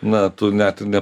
na tu net ne